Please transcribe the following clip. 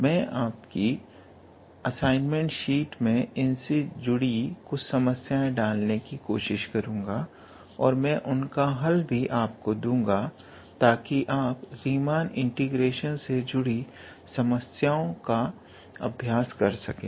मैं आपकी assignment sheet मे इनसे जुड़ी कुछ समस्याएं डालने की कोशिश करूंगा और मैं उनका हल भी आपको दूंगा ताकि आप रीमान इंटीग्रेशन से जुड़ी समस्याओं का अभ्यास कर सकें